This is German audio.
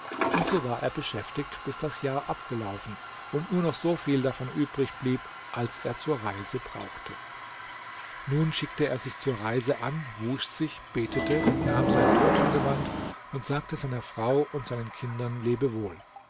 und so war er beschäftigt bis das jahr abgelaufen und nur noch so viel davon übrig blieb als er zur reise brauchte nun schickte er sich zur reise an wusch sich betete nahm sein totengewand und sagte seiner frau und seinen kindern lebewohl